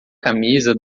camisa